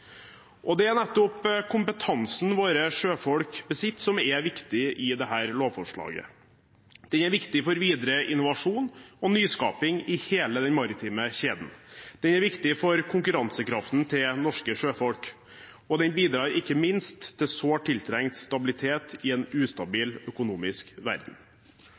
Det er nettopp kompetansen våre sjøfolk besitter som er viktig i dette lovforslaget. Den er viktig for videre innovasjon og nyskaping i hele den maritime kjeden. Den er viktig for norske sjøfolks konkurransekraft, og den bidrar ikke minst til sårt tiltrengt stabilitet i en ustabil økonomisk verden.